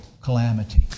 calamity